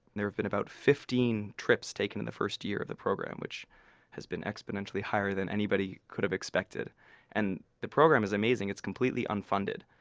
there have been about fifteen trips taken in the first year of the program, which has been exponentially higher than anybody could have expected and the program is amazing. it's completely unfunded.